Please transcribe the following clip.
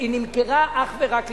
היא נמכרה אך ורק למגורים.